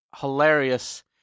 hilarious